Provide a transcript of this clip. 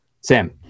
Sam